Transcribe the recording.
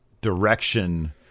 direction